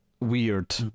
weird